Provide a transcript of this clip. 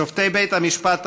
שופטי בית המשפט העליון,